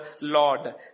Lord